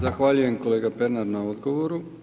Zahvaljujem kolega Pernar na odgovoru.